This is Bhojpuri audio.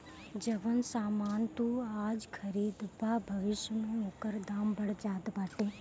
जवन सामान तू आज खरीदबअ भविष्य में ओकर दाम बढ़ जात बाटे